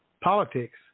Politics